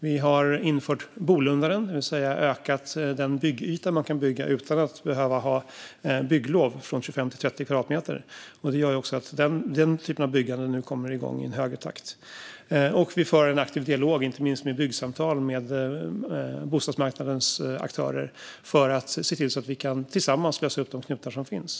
Vi har infört bolundaren, det vill säga ökat den byggyta man kan bygga utan att ha bygglov från 25 till 30 kvadratmeter. Det gör också att den typen av byggande nu kommer igång i en högre takt. Vi för också en aktiv dialog, inte minst genom byggsamtal med bostadsmarknadens aktörer, för att se till att vi tillsammans kan lösa upp de knutar som finns.